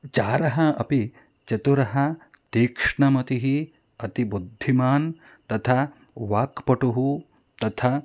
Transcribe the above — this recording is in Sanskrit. चारः अपि चतुरः तीक्ष्णमतिः अतिबुद्धिमान् तथा वाक्पटुः तथा